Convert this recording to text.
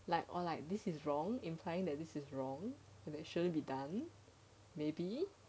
like or like this is wrong implying that this is wrong and it shouldn't be done maybe